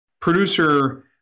producer